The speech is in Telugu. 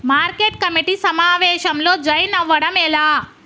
మార్కెట్ కమిటీ సమావేశంలో జాయిన్ అవ్వడం ఎలా?